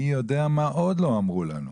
מי יודע מה עוד לא אמרו לנו.